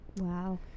wow